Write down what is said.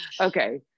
okay